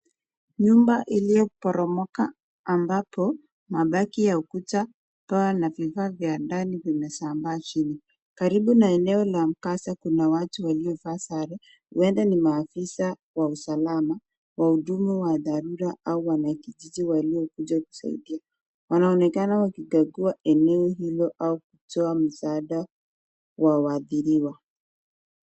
Nyumba iliyoporomoka ambapo mabaki ya ukuta paa na vifaa vya ndani vimesambaa chini. Karibu na eneo la mkasa kuna watu waliovaa sare huenda ni maafisa wa usalama, wahudumu wa dharura ama wanakijiji waliokuja kusaidia, wanaonekana wakikagua eneo hilo au kutoa msaada wa waadhiriwa.